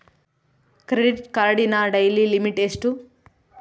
Credit ಕಾರ್ಡಿನ daily limit ಎಷ್ಟು?